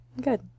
good